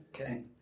Okay